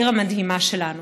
העיר המדהימה שלנו.